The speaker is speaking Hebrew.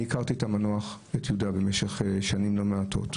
אני הכרתי את המנוח, את יהודה במשך שנים לא מעטות,